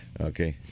Okay